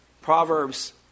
Proverbs